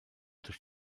durch